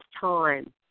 time